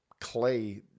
clay